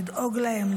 לדאוג להם,